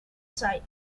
site